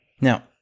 Now